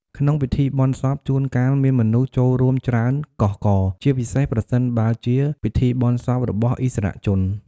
ក្នុងពិធីបុណ្យសព ជួនកាលមានមនុស្សចូលរួមច្រើនកុះករ ជាពិសេសប្រសិនបើជាពិធីបុណ្យសពរបស់ឥស្សរជន។